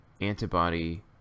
antibody